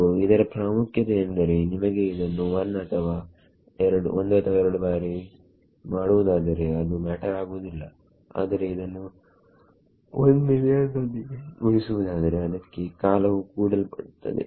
so ಇದರ ಪ್ರಾಮುಖ್ಯತೆ ಎಂದರೆ ನಿಮಗೆ ಇದನ್ನು 1 ಅಥವಾ 2 ಬಾರಿ ಮಾಡುವುದಾದರೆ ಅದು ಮ್ಯಾಟರ್ ಆಗುವುದಿಲ್ಲ ಆದರೆ ಇದನ್ನು 1 ಮಿಲಿಯನ್ ನೊಂದಿಗೆ ಗುಣಿಸುವುದಾದರೆ ಅದಕ್ಕೆ ಕಾಲವು ಕೂಡಲ್ಪಡುತ್ತದೆ